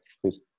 please